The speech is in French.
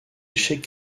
échec